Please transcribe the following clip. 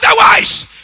Otherwise